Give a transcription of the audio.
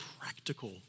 practical